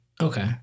Okay